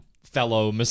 fellow